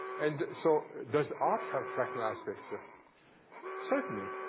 and so does art have fractal aspects? ah certainly.